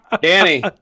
Danny